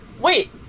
wait